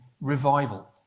revival